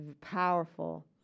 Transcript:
powerful